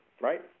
right